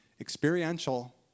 experiential